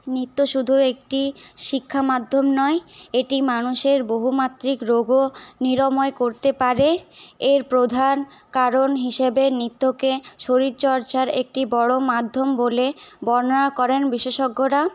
নৃত্য শুধু একটি শিক্ষা মাধ্যম নয় এটি মানুষের বহুমাত্রিক রোগও নিরাময় করতে পারে এর প্রধান কারণ হিসাবে নৃত্যকে শরীরচর্চার একটি বড় মাধ্যম বলে বর্ণনা করেন বিশেষজ্ঞরা